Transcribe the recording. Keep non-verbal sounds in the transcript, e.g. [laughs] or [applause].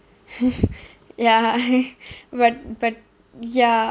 [laughs] ya [laughs] but but ya